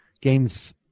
games